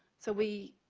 so we